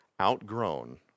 outgrown